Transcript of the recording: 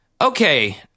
Okay